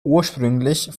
ursprünglich